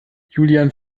julian